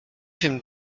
wiem